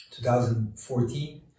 2014